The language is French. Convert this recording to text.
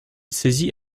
saisit